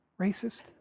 racist